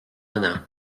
anar